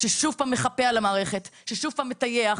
ששוב פעם מחפה על המערכת, ששוב פעם מטייח.